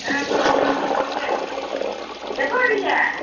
ஆ சரி எப்போ வர்றீங்க